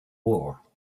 war